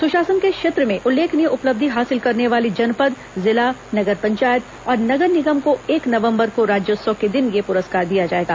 सुशासन के क्षेत्र में उल्लेखनीय उपलब्धि हासिल करने वाली जनपद जिला नगर पंचायत और नगर निगम को एक नवंबर को राज्योत्सव के दिन यह पुरस्कार दिया जाएगा